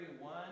one